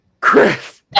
Chris